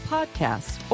Podcasts